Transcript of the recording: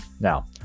Now